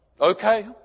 okay